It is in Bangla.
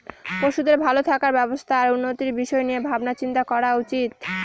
পশুদের ভালো থাকার ব্যবস্থা আর উন্নতির বিষয় নিয়ে ভাবনা চিন্তা করা উচিত